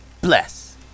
bless